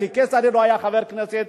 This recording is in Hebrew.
כי כצל'ה לא היה חבר כנסת,